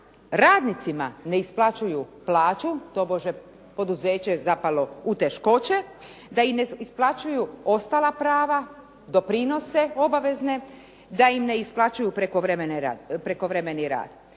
radnicima ne isplaćuju plaću tobože poduzeće je zapalo u teškoće, da im ne isplaćuju ostala prava, doprinose obavezne, da im ne isplaćuju prekovremeni rad.